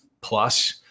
plus